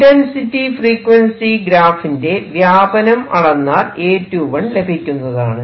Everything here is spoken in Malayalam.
ഇന്റെൻസിറ്റി ഫ്രീക്വൻസി ഗ്രാഫിന്റെ വ്യാപനം അളന്നാൽ A21 ലഭിക്കുന്നതാണ്